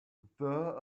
there